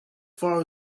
far